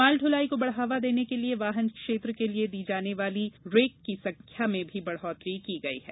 माल दुलाई को बढ़ावा देने के लिए वाहन क्षेत्र के लिए दी जाने वाली रेक की संख्या में भी बढ़ोतरी की गई है